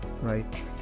right